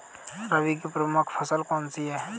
रबी की प्रमुख फसल कौन सी है?